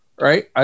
right